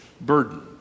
Burden